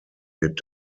wird